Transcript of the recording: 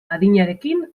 adinarekin